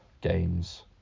games